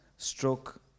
stroke